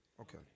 Okay